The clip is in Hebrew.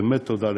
באמת תודה לך.